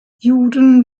juden